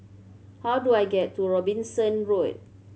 how do I get to Robinson Road